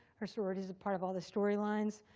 her sorority is a part of all the storylines.